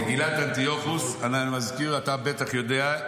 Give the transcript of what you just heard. מגילת אנטיוכוס, אני מזכיר, אתה בטח יודע.